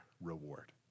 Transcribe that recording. reward